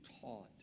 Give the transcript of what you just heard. taught